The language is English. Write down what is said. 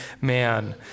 man